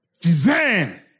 Design